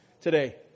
today